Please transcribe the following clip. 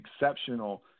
exceptional